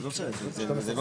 אני מחדש את הדיון.